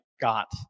got